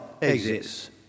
exists